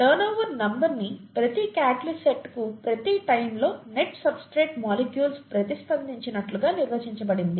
turnover number ని ప్రతి catalyst సైట్కు ప్రతి టైం లో నెట్ సబ్స్ట్రేట్ మాలిక్యూల్స్ ప్రతిస్పందించినట్లుగా నిర్వచించబడింది